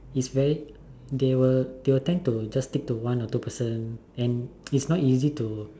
is very they will they will tend to stick to one or two person it's not very easy to